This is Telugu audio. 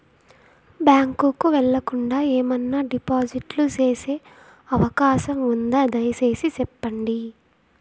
బ్యాంకు కు వెళ్లకుండా, ఏమన్నా డిపాజిట్లు సేసే అవకాశం ఉందా, దయసేసి సెప్పండి?